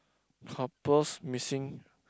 couples missing